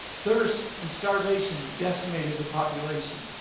thirst and starvation decimated the population.